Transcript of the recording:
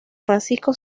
francisco